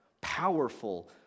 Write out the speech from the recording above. powerful